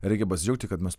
reikia pasidžiaugti kad mes